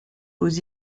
aux